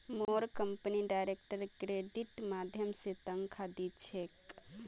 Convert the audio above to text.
मोर company direct क्रेडिटेर माध्यम स तनख़ा दी छेक